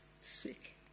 sick